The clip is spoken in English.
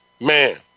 Man